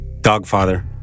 Dogfather